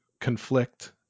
conflict